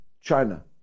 China